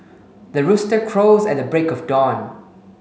the rooster crows at the break of dawn